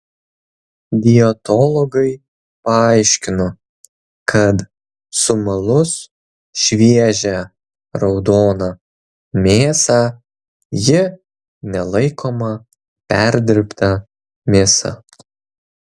dietologai paaiškino kad sumalus šviežią raudoną mėsą ji nelaikoma perdirbta mėsa